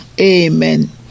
Amen